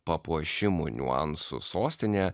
papuošimų niuansų sostinėje